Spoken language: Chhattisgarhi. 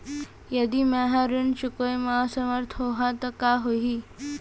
यदि मैं ह ऋण चुकोय म असमर्थ होहा त का होही?